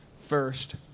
first